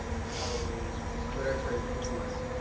the scholarly literature is influenced,